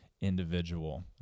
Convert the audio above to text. individual